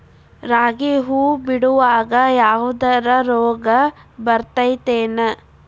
ರಾಗಿ ಹೂವು ಬಿಡುವಾಗ ಯಾವದರ ರೋಗ ಬರತೇತಿ ಏನ್?